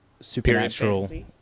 supernatural